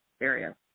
area